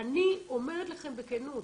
אני אומרת לכם בכנות,